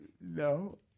no